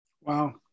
Wow